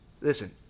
listen